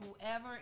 whoever